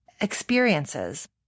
experiences